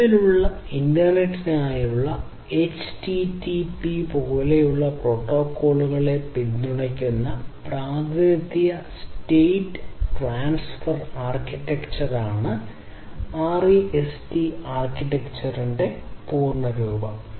നിലവിലുള്ള ഇന്റർനെറ്റിനായുള്ള http പോലുള്ള പ്രോട്ടോക്കോളുകളെ പിന്തുണയ്ക്കുന്ന പ്രാതിനിധ്യ സ്റ്റേറ്റ് ട്രാൻസ്ഫർ ആർക്കിടെക്ചറാണ് REST ആർക്കിടെക്ചറിന്റെ പൂർണ്ണ രൂപം